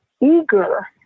eager